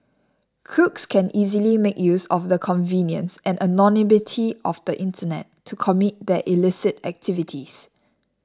crooks can easily make use of the convenience and anonymity of the internet to commit their illicit activities